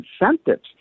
incentives